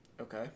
Okay